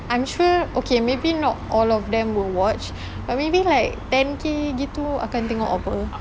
I'm sure okay maybe not all of them will watch but maybe like ten K gitu akan tengok apa